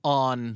on